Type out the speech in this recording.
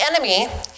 enemy